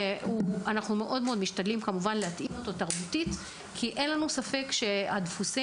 אנחנו משתדלים להתאים את השירות מבחינה תרבותית כי אין לנו ספק שדפוסי